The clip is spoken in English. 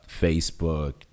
facebook